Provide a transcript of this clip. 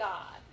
God